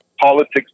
Politics